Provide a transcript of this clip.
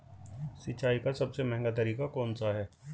सिंचाई का सबसे महंगा तरीका कौन सा है?